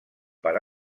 per